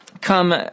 come